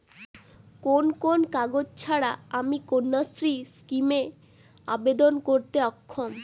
কোন কোন কাগজ ছাড়া আমি কন্যাশ্রী স্কিমে আবেদন করতে অক্ষম?